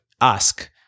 ask